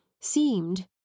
seemed